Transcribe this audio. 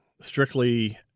strictly